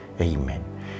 Amen